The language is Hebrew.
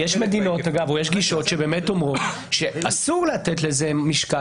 יש מדינות או יש גישות שבאמת אומרות שאסור לתת לזה משקל